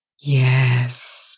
Yes